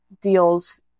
deals